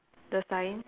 the sign